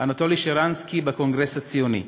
אנטולי שרנסקי בקונגרס הציוני.